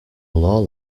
law